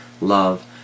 love